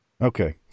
Okay